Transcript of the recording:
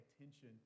attention